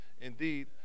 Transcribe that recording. indeed